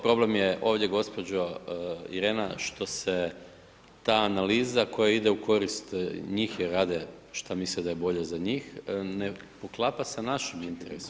Problem je ovdje gospođo Irena što se ta analiza koja ide u korist njih jer rade šta misle da je bolje za njih, ne poklapa se u našem interesu.